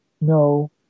no